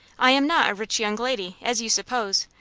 i am not a rich young lady, as you suppose.